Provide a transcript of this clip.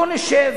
בוא נשב.